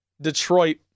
Detroit